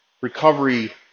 recovery